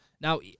Now